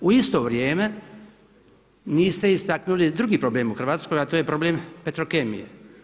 U isto vrijeme niste istaknuli drugi problem u Hrvatskoj, a to je problem Petrokemije.